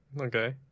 Okay